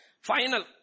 final